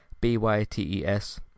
B-Y-T-E-S